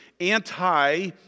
anti